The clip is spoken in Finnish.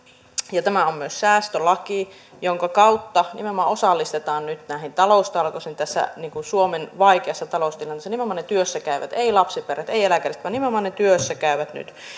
ja tämä on myös säästölaki jonka kautta osallistetaan nyt näihin taloustalkoisiin tässä suomen vaikeassa taloustilanteessa nimenomaan ne työssä käyvät ei lapsiperheitä ei eläkeläisiä vaan nimenomaan ne työssä käyvät nyt